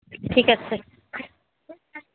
ঠিক আছে স্যার